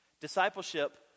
Discipleship